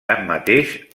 tanmateix